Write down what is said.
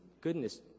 goodness